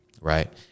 right